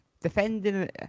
defending